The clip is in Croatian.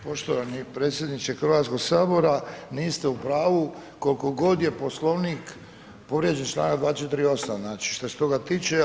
Poštovani predsjedniče Hrvatskoga sabora, niste u pravu koliko god je Poslovnik povrijeđen članak 248. znači što se toga tiče.